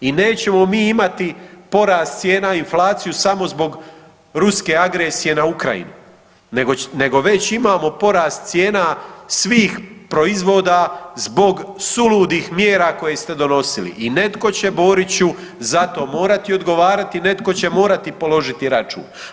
I nećemo mi imati porast cijena i inflaciju samo zbog ruske agresije na Ukrajinu nego već imamo porast cijena svih proizvoda zbog suludih mjera koje ste donosili i netko će Boriću za to morati odgovarati, netko će morati polagati račun.